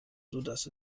sodass